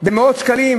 במאות שקלים,